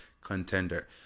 contender